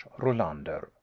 Rolander